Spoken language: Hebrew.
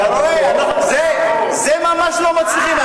זה ממש לא מצליחים,